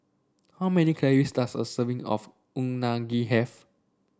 how many calories does a serving of Unagi have